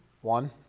one